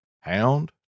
Hound